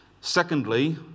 secondly